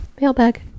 Mailbag